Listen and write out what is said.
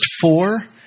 four